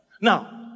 Now